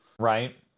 Right